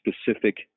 specific